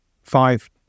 Five